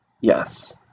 Yes